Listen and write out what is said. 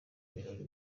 birori